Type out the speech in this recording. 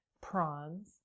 prawns